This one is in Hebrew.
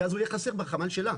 כי אז הוא יהיה חסר בחמ"ל שלהם,